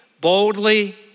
boldly